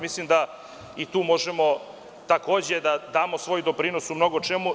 Mislim da i tu možemo takođe da damo svoj doprinos u mnogo čemu.